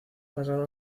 pasado